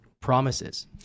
Promises